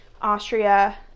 Austria